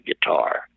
guitar